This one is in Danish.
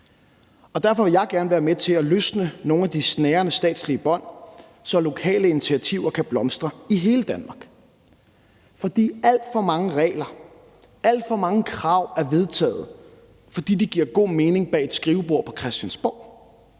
Derfor vil jeg gerne være med til at løsne nogle af de snærende statslige bånd, så lokale initiativer kan blomstre i hele Danmark. Alt for mange regler og alt for mange krav er vedtaget, fordi de giver god mening bag et skrivebord på Christiansborg,